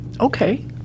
Okay